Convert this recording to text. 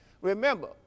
Remember